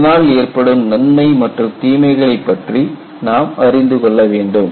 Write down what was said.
இதனால் ஏற்படும் நன்மை மற்றும் தீமைகளை பற்றி நாம் அறிந்துகொள்ள வேண்டும்